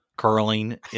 curling